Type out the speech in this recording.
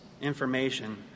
information